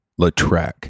Latrec